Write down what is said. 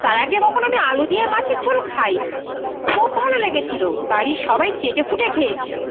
তার আগে কখনও আমি আলু দিয়ে মাছের ঝোল খাইনি খুব ভালো লেগেছিল বাড়ির সবাই চেটেপুটে খেয়েছিল